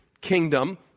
kingdom